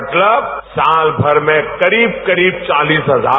मतलब साल भर में करीब करीब चालीस हजार